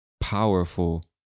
powerful